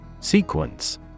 Sequence